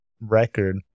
record